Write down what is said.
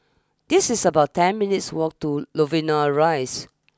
this is about ten minutes' walk to Novena Rise